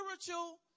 spiritual